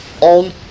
on